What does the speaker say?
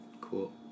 Cool